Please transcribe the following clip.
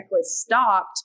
stopped